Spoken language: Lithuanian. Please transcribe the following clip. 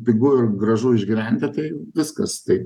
pigu ir gražu išgyventi tai viskas tai